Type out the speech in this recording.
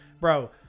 bro